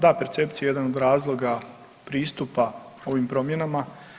Da, percepcija je jedan od razloga pristupa ovim promjenama.